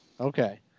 Okay